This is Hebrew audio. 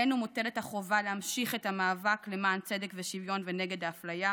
עלינו מוטלת החובה להמשיך את המאבק למען צדק ושוויון ונגד האפליה,